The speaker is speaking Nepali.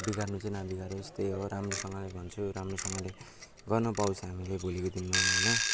बिगार्नु चाहिँ नबिगारोस् त्यही हो राम्रोसँगले भन्छु राम्रोसँगले गर्नु पाउँछ हामीले भोलिको दिनमा होइन